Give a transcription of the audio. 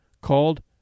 called